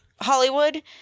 Hollywood